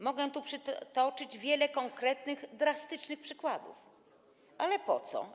Mogę tu przytoczyć wiele konkretnych, drastycznych przykładów, ale po co?